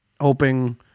hoping